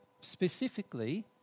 specifically